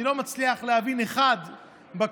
אני לא מצליח להבין אף אחד בקואליציה,